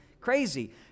Crazy